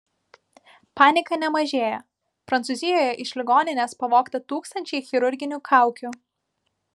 panika nemažėją prancūzijoje iš ligoninės pavogta tūkstančiai chirurginių kaukių